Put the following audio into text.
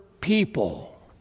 people